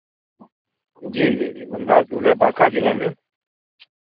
जी जी जी मंदार झील है बाका जिला में